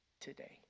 today